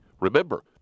Remember